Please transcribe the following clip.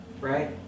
right